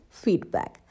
feedback